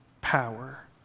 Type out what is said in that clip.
power